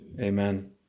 Amen